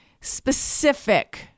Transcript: specific